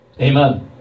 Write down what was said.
Amen